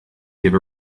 give